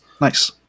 Nice